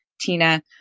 Tina